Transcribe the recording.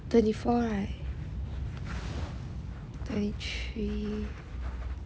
thirty four right thirty three